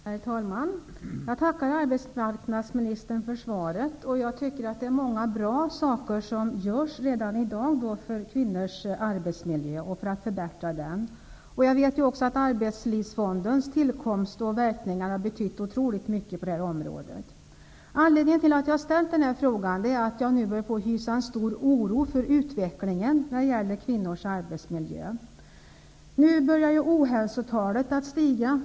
Herr talman! Jag tackar arbetsmarknadsministern för svaret. Jag tycker att många bra saker görs redan i dag för att förbättra kvinnornas arbetsmiljö. Jag vet också att Arbetslivsfondens tillkomst har betytt otroligt mycket på detta område. Anledningen till att jag har ställt denna fråga är att jag nu börjar hysa en stor oro för utvecklingen när det gäller kvinnors arbetsmiljö. Nu börjar ju ohälsotalet att stiga.